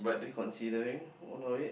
need considering one of it